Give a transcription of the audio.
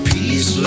Peace